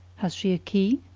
has she a key?